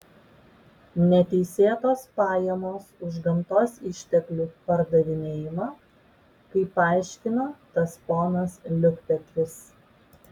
neteisėtos pajamos už gamtos išteklių pardavinėjimą kaip paaiškino tas ponas liukpetris